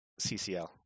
CCL